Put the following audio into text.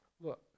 look